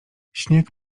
śnieg